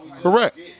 Correct